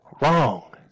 wrong